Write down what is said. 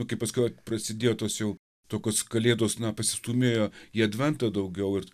nu kai paskiau prasidėjo tos jau tokios kalėdos na pasistūmėjo į adventą daugiau ir